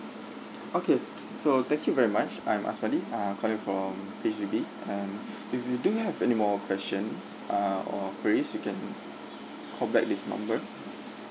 okay so thank you very much I'm asmadi ah calling from H_D_B and if you do have any more questions ah or queries you can call back this number